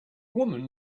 woman